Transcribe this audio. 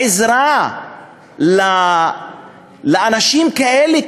בעזרה לאנשים כאלה,